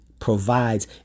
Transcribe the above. Provides